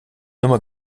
immer